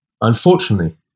Unfortunately